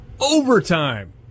overtime